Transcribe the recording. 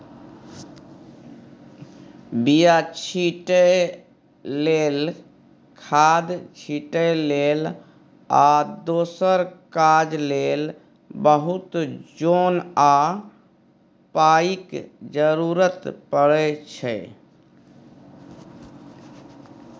बीया छीटै लेल, खाद छिटै लेल आ दोसर काज लेल बहुत जोन आ पाइक जरुरत परै छै